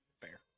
fair